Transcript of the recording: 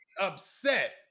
upset